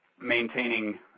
maintaining